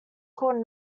called